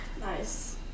Nice